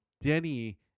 Denny